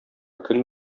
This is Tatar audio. көн